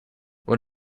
what